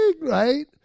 right